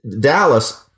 Dallas